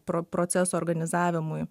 pro proceso organizavimui